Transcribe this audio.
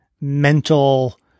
mental